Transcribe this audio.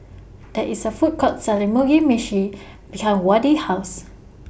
There IS A Food Court Selling Mugi Meshi behind Wade's House